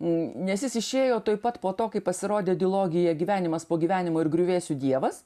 nes jis išėjo tuoj pat po to kai pasirodė dilogija gyvenimas po gyvenimo ir griuvėsių dievas